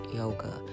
yoga